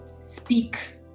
speak